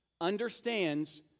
understands